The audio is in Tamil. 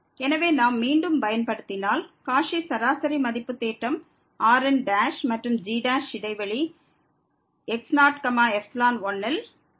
எனவே நாம் மீண்டும் பயன்படுத்தினால் காச்சி சராசரி மதிப்பு தேற்றம் Rn மற்றும் g இடைவெளி x01 யில்